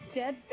dead